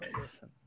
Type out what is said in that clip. listen